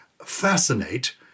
Fascinate